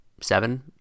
seven